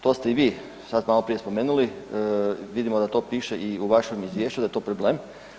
To ste i vi sad maloprije spomenuli, vidimo da to i piše u vašem izvješću da je to problem.